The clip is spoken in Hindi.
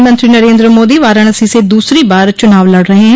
प्रधानमंत्री नरेन्द्र मोदी वाराणसी से दूसरी बार चुनाव लड़ रहे हैं